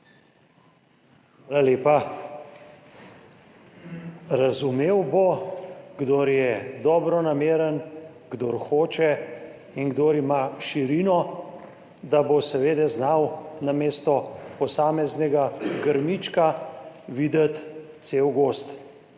Hvala lepa. Razumel bo, kdor je dobronameren, kdor hoče in kdor ima širino, da bo seveda znal namesto posameznega grmička videti cel gozd.